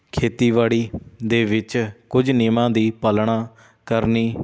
ਖੇਤੀਬਾੜੀ ਦੇ ਵਿੱਚ ਕੁਝ ਨਿਯਮਾਂ ਦੀ ਪਾਲਣਾ ਕਰਨੀ